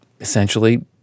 essentially